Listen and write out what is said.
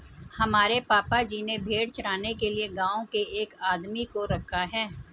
हमारे पापा जी ने भेड़ चराने के लिए गांव के एक आदमी को रखा है